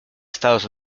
estados